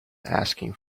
asking